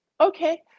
Okay